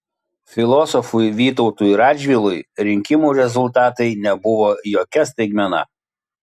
filosofui vytautui radžvilui rinkimų rezultatai nebuvo jokia staigmena